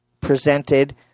presented